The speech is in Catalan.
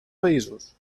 països